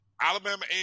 Alabama